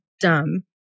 dumb